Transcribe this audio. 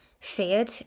feared